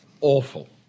awful